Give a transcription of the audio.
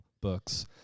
books